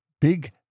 Big